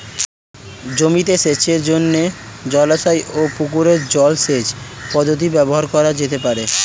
জমিতে সেচের জন্য জলাশয় ও পুকুরের জল সেচ পদ্ধতি ব্যবহার করা যেতে পারে?